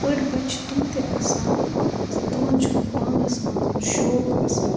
أڑۍ بَچہِ چھِ تِم تہِ آسان زِ تمَن چھُنہٕ پانَس مَنٛز شوق آسان